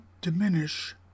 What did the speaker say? diminish